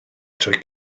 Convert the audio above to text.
trwy